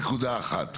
אחת.